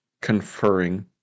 conferring